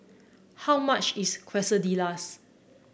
how much is Quesadillas